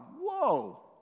whoa